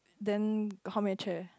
then come and chat